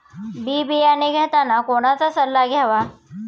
बी बियाणे घेताना कोणाचा सल्ला घ्यावा?